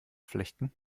flechten